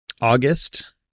August